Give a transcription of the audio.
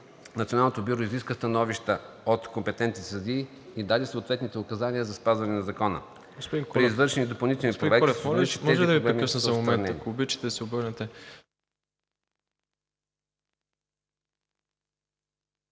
Националното бюро изиска становища от компетентните съдии и даде съответните указания за спазване на Закона. При извършени допълнителни проверки се установи, че тези проблеми са отстранени.